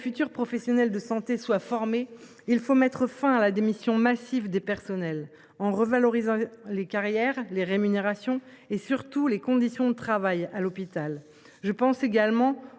futurs professionnels de santé soient formés, il faut mettre fin à la démission massive des personnels, en revalorisant les carrières, les rémunérations et surtout les conditions de travail à l’hôpital. Je pense également aux